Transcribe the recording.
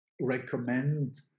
recommend